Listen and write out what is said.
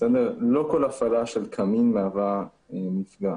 לא כל הפעלה של קמין מהווה מפגע.